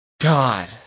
God